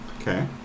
Okay